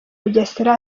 bugesera